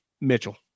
Mitchell